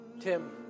Tim